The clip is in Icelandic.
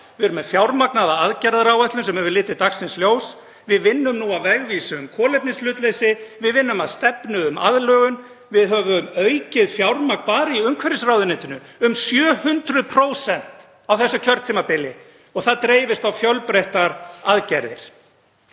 Við erum með fjármagnaða aðgerðaáætlun sem hefur litið dagsins ljós. Við vinnum nú að vegvísi um kolefnishlutleysi. Við vinnum að stefnu um aðlögun. Við höfum aukið fjármagn bara í umhverfisráðuneytinu um 700% á þessu kjörtímabili og það dreifist á fjölbreyttar aðgerðir.